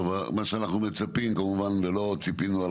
מה שאנחנו מצפים כמובן ולא ציפינו על